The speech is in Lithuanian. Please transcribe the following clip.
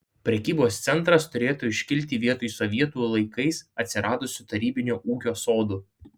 prekybos centras turėtų iškilti vietoj sovietų laikais atsiradusių tarybinio ūkio sodų